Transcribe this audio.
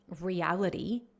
reality